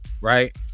right